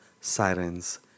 sirens